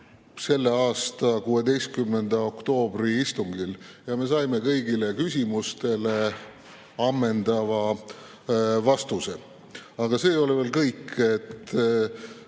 selle aasta 16. oktoobri istungil ja me saime kõigile küsimustele ammendava vastuse. Aga see ei ole veel kõik. 17.